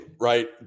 right